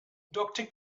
doctor